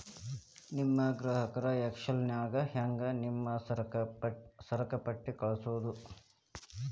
ನಿಮ್ ಗ್ರಾಹಕರಿಗರ ಎಕ್ಸೆಲ್ ನ್ಯಾಗ ಹೆಂಗ್ ನಿಮ್ಮ ಸರಕುಪಟ್ಟಿ ಕಳ್ಸೋದು?